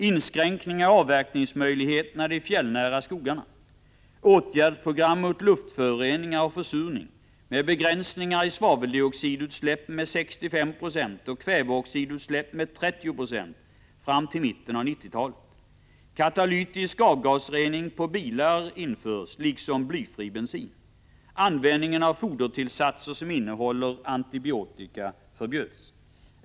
Inskränkningar i avverkningsmöjligheterna i de fjällnära skogarna, åtgärdsprogram för luftföroreningar och försurningen med begränsningar av svaveldioxidutsläppen med 65 96 och svavelutsläppen med 30 96 fram till mitten av 1990-talet infördes. Katalytisk avgasrening på bilar infördes, liksom blyfri bensin. Användningen av fodertillsatser som innehåller antibiotika förbjöds.